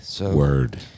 Word